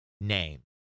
name